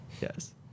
Yes